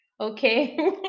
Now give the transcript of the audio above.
Okay